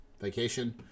vacation